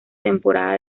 temporada